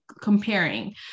comparing